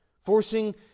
forcing